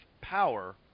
power